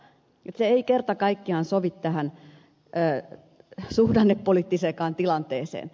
se ei kerta kaikkiaan sovi tähän suhdannepoliittiseenkaan tilanteeseen